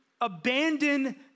abandon